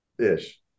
ish